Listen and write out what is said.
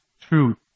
truth